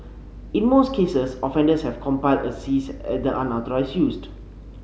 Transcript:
in most cases offenders have complied and ceased unauthorised used